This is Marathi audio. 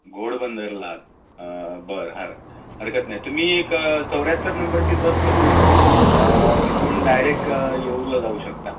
घोडबंदरला आहात बरं हर हरकत नाही तुम्ही एक चौऱ्याहत्तर नंबरची बस पकडून तिथून डायरेक येऊरला जाऊ शकता